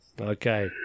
Okay